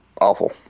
Awful